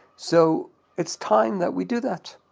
so it's time that we do that.